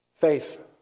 Faith